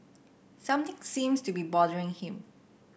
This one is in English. something seems to be bothering him